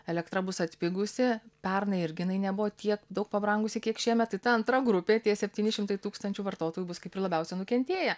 elektra bus atpigusi pernai irgi jinai nebuvo tiek daug pabrangusi kiek šiemet tai ta antra grupė tie septyni šimtai tūkstančių vartotojų bus kaip ir labiausiai nukentėję